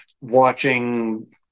watching